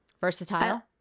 versatile